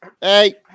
Hey